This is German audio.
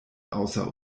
außer